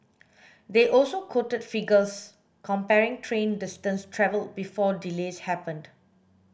they also quoted figures comparing train distance travelled before delays happened